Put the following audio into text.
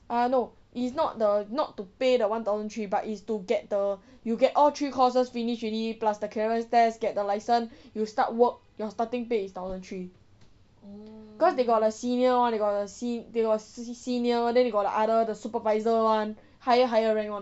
ah no it's not the not to pay the one thousand three but it's to get the you get all three courses finish already plus the clearance test get the license you start work your starting pay is thousand three cause they got a senior one they got a se~ se~ senior then they got like other the supervisor one higher higher rank [one]